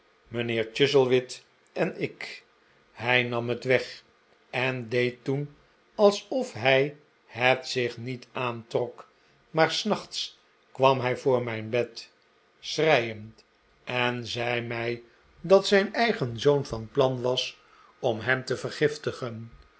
mijnheer chuzzlewit en ik hij nam het weg en deed toen alsof hij het zich niet aantrok maar s nachts kwam hij voor mijn bed schreiend en zei mij dat zijn eigen zoon van plan was om hem te vergiftigen